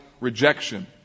rejection